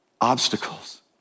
Obstacles